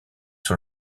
sur